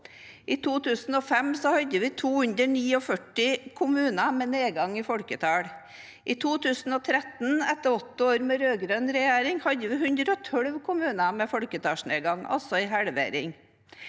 I 2005 var det 249 kommuner med nedgang i folketallet. I 2013, etter 8 år med rød-grønn regjering, var det 112 kommuner med folketallsnedgang, altså en halvering.